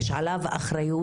יש עליו אחריות.